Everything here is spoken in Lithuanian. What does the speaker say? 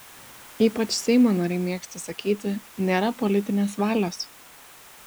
ypač seimo nariai mėgsta sakyti nėra politinės valios